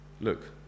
Look